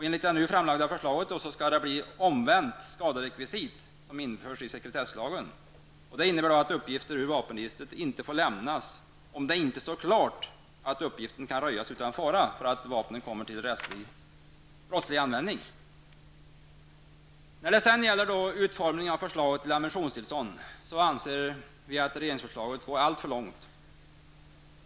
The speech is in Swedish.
Enligt det nu framlagda förslaget blir det ett omvänt skaderekvisit som införs i sekretesslagen. Det innebär att uppgifter ur vapenregistret inte får lämnas ut, om det inte står klart att uppgiften kan röjas utan fara för att vapnen kommer till brottslig användning. När det gäller utformningen av förslaget till ammunitionstillstånd anser vi att regeringsförslaget går alltför långt.